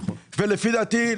לפי דעתי,